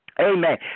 Amen